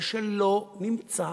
ולא נמצא